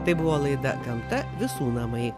tai buvo laida gamta visų namai